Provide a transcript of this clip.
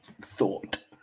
thought